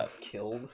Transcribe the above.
killed